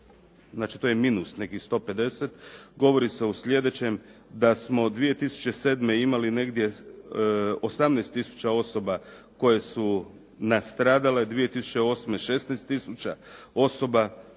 znači to je minus nekih 150, govori se o sljedećem, da smo 2007. imali negdje 18 tisuća osoba koje su nastradale, 2008. 16 tisuća osoba,